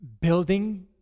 building